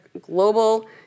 global